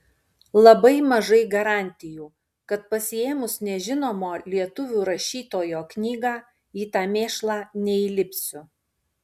labai mažai garantijų kad pasiėmus nežinomo lietuvių rašytojo knygą į tą mėšlą neįsilipsiu